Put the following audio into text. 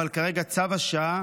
אבל כרגע צו השעה